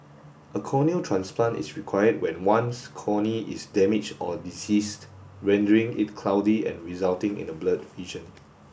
a corneal transplant is required when one's cornea is damaged or diseased rendering it cloudy and resulting in the blurred vision